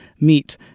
meet